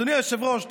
אדוני היושב-ראש,